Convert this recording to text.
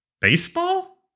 baseball